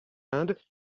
inde